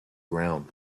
ground